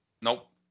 Nope